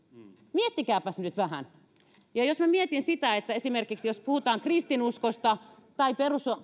miettikääpäs nyt vähän ja ja minä mietin sitä että jos puhutaan esimerkiksi kristinuskosta tai